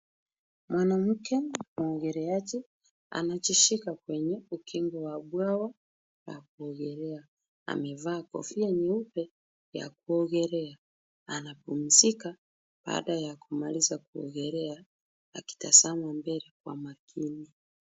Mwanamke muogeleaji anajishika katika ukingo wa bwawa la kuogelea. Amevaa kofia nyeupe ya kuogelea, anapumzika baada ya kumaliza kuogelea, akitazama mbele kwa makini.